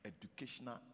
educational